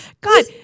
God